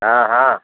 हाँ हाँ